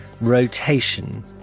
rotation